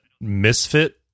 Misfit